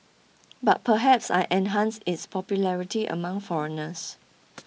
but perhaps I enhanced its popularity among foreigners